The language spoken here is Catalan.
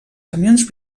camions